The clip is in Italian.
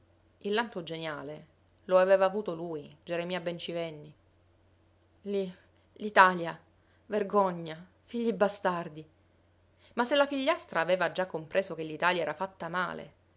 il lampo geniale lo aveva avuto lui geremia bencivenni l'i l'italia vergogna figli bastardi ma se la figliastra aveva già compreso che l'italia era fatta male